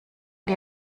die